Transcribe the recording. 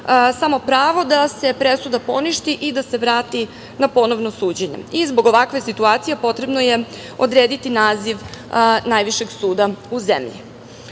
samo pravo da se presuda poništi i da se vrati na ponovno suđenje i zbog ovakve situacije potrebno je odrediti naziv najvišeg suda u zemlji. Kada